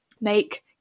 make